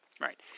right